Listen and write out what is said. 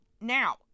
now